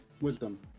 Wisdom